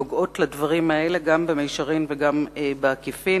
נוגעות לדברים האלה גם במישרין וגם בעקיפין.